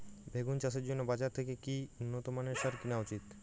বেগুন চাষের জন্য বাজার থেকে কি উন্নত মানের সার কিনা উচিৎ?